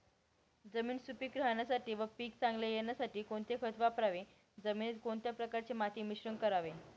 जमीन सुपिक राहण्यासाठी व पीक चांगले येण्यासाठी कोणते खत वापरावे? जमिनीत कोणत्या प्रकारचे माती मिश्रण करावे?